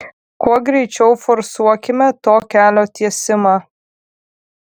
kuo greičiau forsuokime to kelio tiesimą